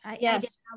yes